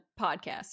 podcast